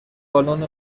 بالن